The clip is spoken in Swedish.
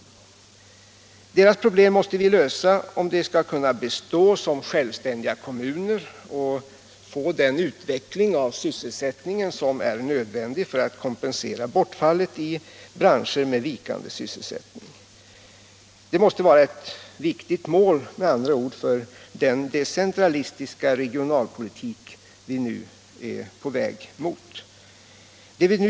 Deras problem måste lösasyj — om de skall kunna bestå som självständiga kommuner och få den Vissa industri och utveckling av sysselsättningen som är nödvändig för att kompensera = sysselsättningsstibortfallet i branscher med vikande sysselsättning. Det måste med andra — mulerande åtgärord vara ett viktigt mål för den decentralistiska regionalpolitik vi nu är på der, m.m. väg mot.